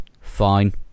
fine